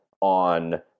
on